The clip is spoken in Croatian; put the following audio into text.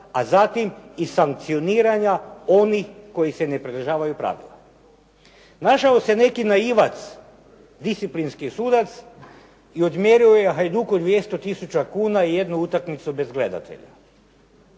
a zatim i sankcioniranja onih koji se ne pridržavaju pravila. Našao se neki naivac disciplinski sudac i odmjerio je Hajduku 200 tisuća kuna i jednu utakmicu bez gledatelja.